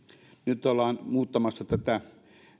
nyt ollaan muuttamassa